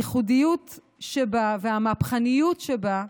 הייחודיות שבה והמהפכניות שבה,